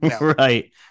right